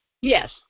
Yes